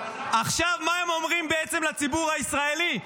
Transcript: עכשיו, מה הם אומרים בעצם, לציבור הישראלי?